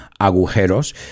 agujeros